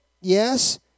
Yes